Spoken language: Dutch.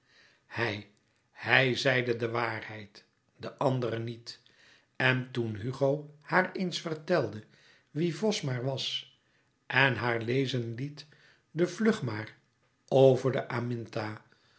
hij hij zeide de waarheid de andere niet en toen hugo haar eens vertelde wie vosmaer was en haar lezen liet de vlugmaar over de